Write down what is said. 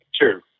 sure